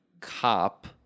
cop